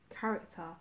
character